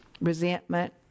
resentment